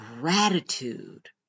gratitude